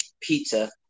pizza